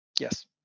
yes